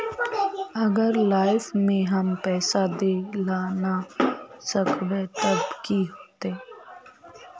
अगर लाइफ में हम पैसा दे ला ना सकबे तब की होते?